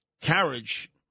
carriage